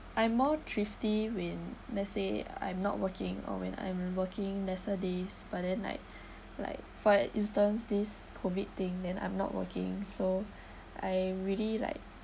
I'm more thrifty when let's say I'm not working or when I'm working lesser days but then like like for instance this COVID thing then I'm not working so I really like